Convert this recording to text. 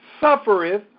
suffereth